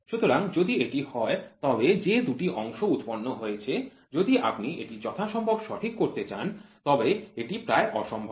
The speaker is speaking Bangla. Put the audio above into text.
সুতরাং যদি এটি হয় তবে যে দুটি অংশ উৎপন্ন হয়েছে যদি আপনি এটি যথাসম্ভব সঠিক করতে চান তবে এটি প্রায় অসম্ভব